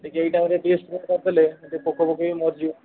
ଟିକେ ଏହି ଟାଇମରେ ଟିକେ ସ୍ପ୍ରେ କରିଦେଲେ ଏ ଟିକେ ପୋକ ଫୋକ ଟିକେ ମରିଯିବେ